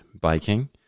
biking